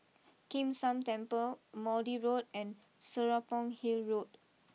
Kim San Temple Maude Road and Serapong Hill Road